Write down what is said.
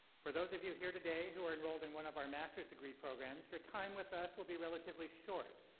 for those of you here today who are enrolled in one of our master's degree programs, your time with us will be relatively short.